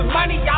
money